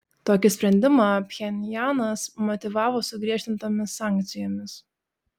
tokį sprendimą pchenjanas motyvavo sugriežtintomis sankcijomis